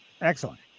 Excellent